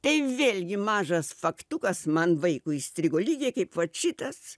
tai vėlgi mažas faktukas man vaikui įstrigo lygiai kaip vat šitas